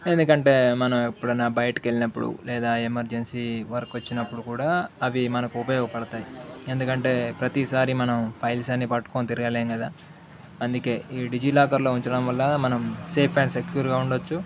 ఎందుకంటే మనం ఎప్పుడైన్నా బయటికెళ్ళినప్పుడు లేదా ఎమర్జెన్సీ వర్క్ వచ్చినప్పుడు కూడా అవి మనకు ఉపయోగపడతాయి ఎందుకంటే ప్రతీ సారి మనం ఫైల్స్ అన్ని పట్టుకుని తిరగలేం కదా అందుకే ఈ డిజి లాకర్లో ఉంచడం వల్ల మనం సేఫ్ అండ్ సెక్యూర్గా ఉండచ్చు